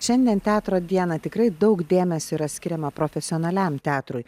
šiandien teatro dieną tikrai daug dėmesio yra skiriama profesionaliam teatrui